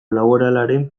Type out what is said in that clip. laboralaren